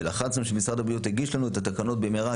ולחצנו שמשרד הבריאות יגיש לנו את התקנות במהרה,